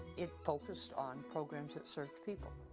it focused on programs that serve people,